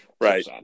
right